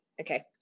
okay